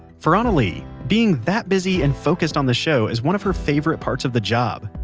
for anna-lee, being that busy and focused on the show is one of her favorite parts of the job.